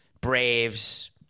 Braves